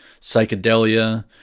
psychedelia